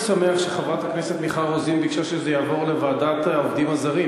אני שמח שחברת הכנסת מיכל רוזין ביקשה שזה יעבור לוועדת העובדים הזרים.